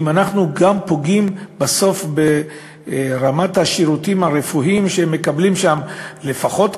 אם אנחנו בסוף גם פוגעים ברמת השירותים הרפואיים שהם מקבלים שם כבר,